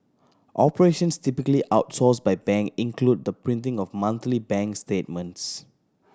operations typically outsourced by bank include the printing of monthly bank statements